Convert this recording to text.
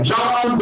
John